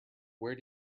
where